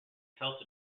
felt